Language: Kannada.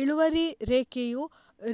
ಇಳುವರಿ ರೇಖೆಯು